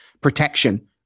protection